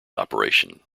operation